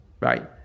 right